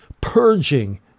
purging